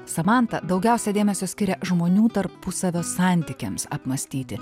samanta daugiausia dėmesio skiria žmonių tarpusavio santykiams apmąstyti